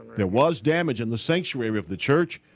there was damage in the sanctuary of the church,